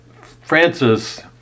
Francis